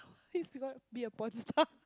be a porn star